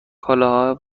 کالاهای